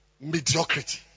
mediocrity